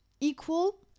equal